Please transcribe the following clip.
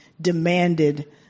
demanded